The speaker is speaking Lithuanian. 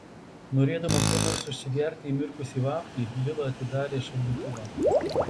norėdama kuo nors užsigerti įmirkusį vaflį lila atidarė šaldytuvą